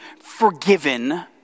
forgiven